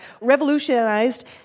revolutionized